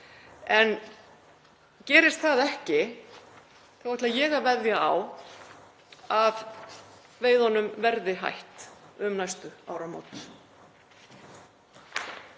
En gerist það ekki þá ætla ég að veðja á að veiðunum verði hætt um næstu áramót.